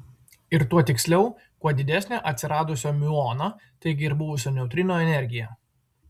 ir tuo tiksliau kuo didesnė atsiradusio miuono taigi ir buvusio neutrino energija